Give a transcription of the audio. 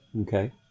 okay